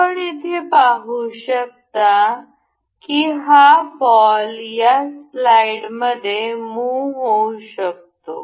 आपण येथे पाहू शकता हा बॉल या स्लाईडमध्ये मुह होऊ शकतो